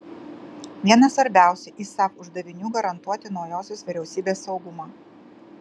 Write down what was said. vienas svarbiausių isaf uždavinių garantuoti naujosios vyriausybės saugumą